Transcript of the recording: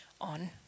on